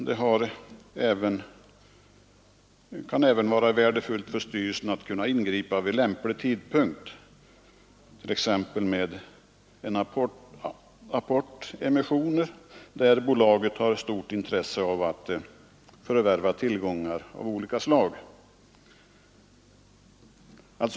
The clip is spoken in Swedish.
Det kan även vara värdefullt för styrelsen att kunna ingripa vid lämplig tidpunkt, t.ex. med apportemissioner, när bolaget har stort intresse av att förvärva tillgångar av olika slag.